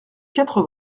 quatre